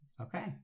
Okay